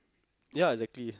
yeah exactly